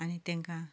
आनी तांकां